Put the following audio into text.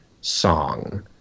song